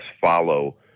follow